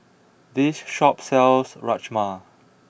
this shop sells Rajma